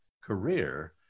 career